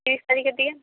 তিরিশ তারিখের দিকে